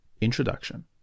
Introduction